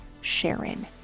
Sharon